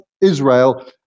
Israel